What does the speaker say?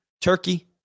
Turkey